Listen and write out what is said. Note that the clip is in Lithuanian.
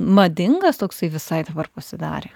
madingas toksai visai dabar pasidarė